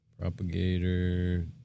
Propagator